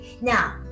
Now